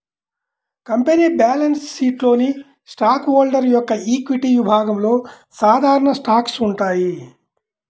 company balance షీట్లోని stock holder యొక్క equity విభాగంలో సాధారణ స్టాక్స్ ఉంటాయి